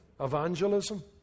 evangelism